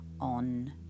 on